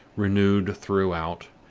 renewed throughout,